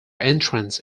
entrance